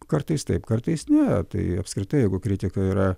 kartais taip kartais ne tai apskritai jeigu kritika yra